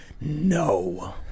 no